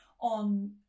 on